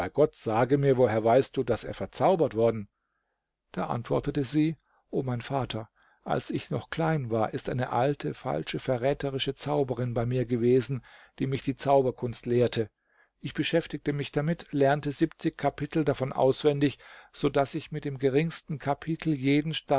gott sage mir woher weißt du daß er verzaubert worden da antwortete sie o mein vater als ich noch klein war ist eine alte falsche verräterische zauberin bei mir gewesen die mich die zauberkunst lehrte ich beschäftigte mich damit lernte siebzig kapitel davon auswendig so daß ich mit dem geringsten kapitel jeden